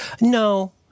No